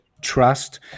trust